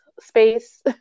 space